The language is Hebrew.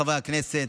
חברי הכנסת,